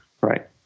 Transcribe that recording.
right